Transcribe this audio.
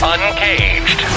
Uncaged